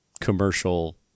commercial